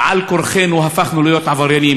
ועל-כורחנו הפכנו להיות עבריינים.